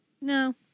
no